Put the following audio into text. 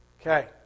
Okay